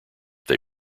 they